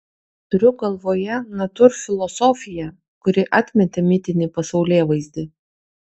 turiu galvoje natūrfilosofiją kuri atmetė mitinį pasaulėvaizdį